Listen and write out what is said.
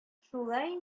шулай